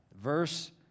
Verse